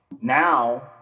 Now